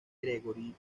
gregory